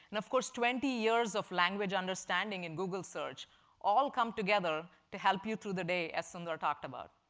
and of course twenty years of language understanding in google search all come together to help you through the day, as sundar talked about.